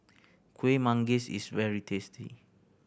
Kuih Manggis is very tasty